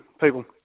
people